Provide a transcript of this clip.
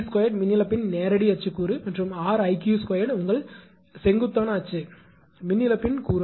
𝑅𝐼d2 மின் இழப்பின் நேரடி அச்சு கூறு மற்றும் 𝑅𝐼𝑞2 உங்கள் செங்குத்தான அச்சு மின் இழப்பின் கூறு